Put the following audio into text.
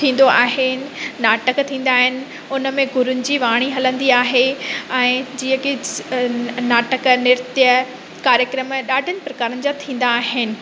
थींदो आहिनि नाटक थींदा आहिनि उन में गुरुअनि जी वाणी हलंदी आहे ऐं जीअं की नाटक नृत्य कार्यक्रम ॾाढनि प्रकारनि जा थींदा आहिनि